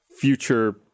future